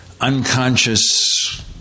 unconscious